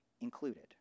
included